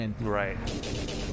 Right